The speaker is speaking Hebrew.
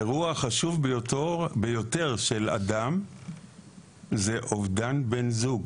האירוע החשוב ביותר של אדם זה אובדן בן זוג.